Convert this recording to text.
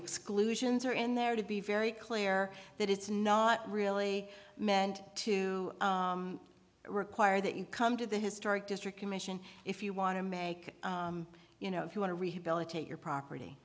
exclusions are in there to be very clear that it's not really meant to require that you come to the historic district commission if you want to make you know if you want to rehabilitate your property